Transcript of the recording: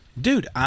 dude